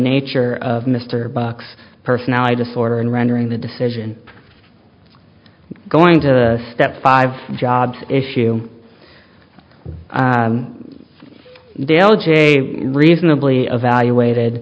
nature of mr buck's personality disorder in rendering the decision going to step five jobs if you dale j reasonably evaluated